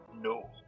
no